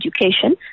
education